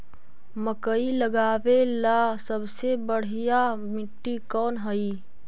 मकई लगावेला सबसे बढ़िया मिट्टी कौन हैइ?